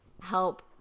help